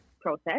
process